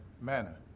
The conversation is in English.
manner